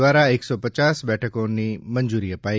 દ્વારા એકસો પચાસ બેઠકોની મંજૂરી અપાઇ